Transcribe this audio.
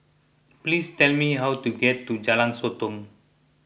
please tell me how to get to Jalan Sotong